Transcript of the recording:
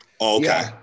Okay